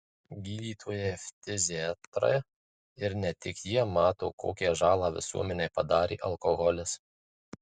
gydytojai ftiziatrai ir ne tik jie mato kokią žalą visuomenei padarė alkoholis